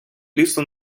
лісу